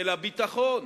ולביטחון,